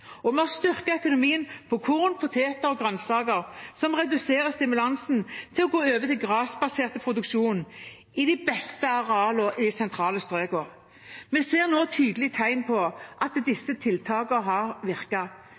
og vi har styrket økonomien på korn, poteter og grønnsaker, som reduserer stimulansen til å gå over til grasbasert produksjon i de beste arealene i de sentrale strøkene. Vi ser nå tydelige tegn på at disse tiltakene har